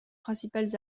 principales